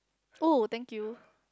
oh thank you